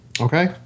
Okay